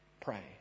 pray